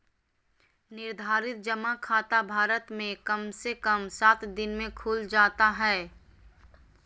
निर्धारित जमा खाता भारत मे कम से कम सात दिन मे खुल जाता हय